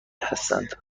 هستند